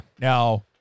Now